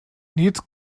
nils